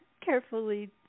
carefully